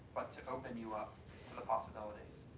but to open you up to the possibilities.